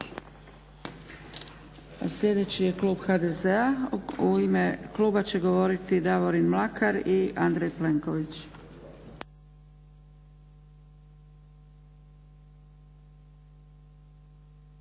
Sljedeći je klub HDZ-a. U ime kluba će govoriti Davorin Mlakar i Andrej Plenković.